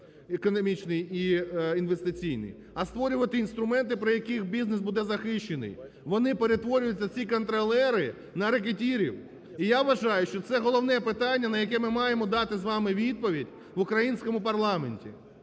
економічний і інвестиційний, а створювати інструменти, при яких бізнес буде захищений. Вони перетворюються ці контролери на рекетирів. І я вважаю, що це головне питання, на яке ми маємо дати з вами відповідь в українському парламенті.